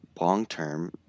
long-term